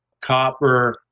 copper